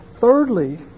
thirdly